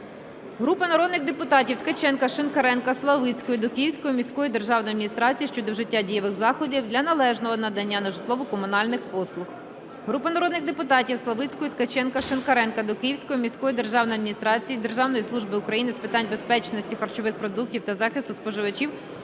Групи народних депутатів (Ткаченка, Шинкаренка, Славицької) до Київської міської державної адміністрації щодо вжиття дієвих заходів для належного надання житлово-комунальних послуг. Групи народних депутатів (Славицької, Ткаченка, Шинкаренка) до Київської міської державної адміністрації, Державної служби України з питань безпечності харчових продуктів та захисту споживачів